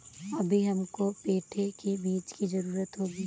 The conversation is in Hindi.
अभी हमको पेठे के बीज की जरूरत होगी